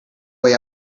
way